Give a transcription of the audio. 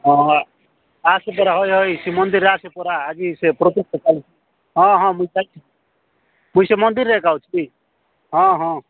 ହଁ ଆସେ ପରା ହଇ ହଇ ଶ୍ରୀମନ୍ଦିର ଆସେ ପରା ଆଜି ସେପଟକୁ ହଁ ହଁ ମୁଁ ପାଇଛି ମୁଁ ଶ୍ରୀମନ୍ଦିରେ ଖାଉଛି ହଁ ହଁ